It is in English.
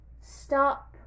stop